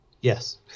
Yes